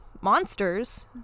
monsters